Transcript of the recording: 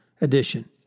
Edition